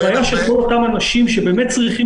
והבעיה של כל אותם אנשים שבאמת צריכים